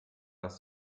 das